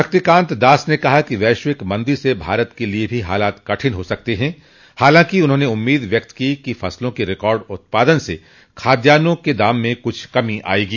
शक्तिकांत दास ने कहा कि वैश्विक मंदी से भारत के लिए भो हालात कठिन हो सकते हैं हालांकि उन्होंने उम्मीद जताई कि फसलों के रिकॉर्ड उत्पादन से खाद्यानों के दाम में कुछ कमी आएगी